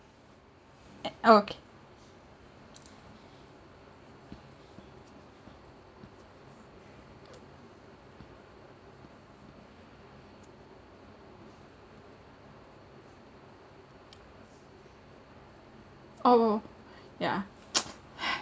a~ okay oh oh yeah